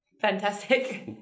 Fantastic